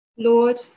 Lord